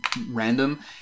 random